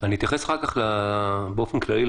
אתייחס אחר כך באופן כללי.